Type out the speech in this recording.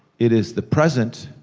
it is the present.